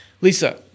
Lisa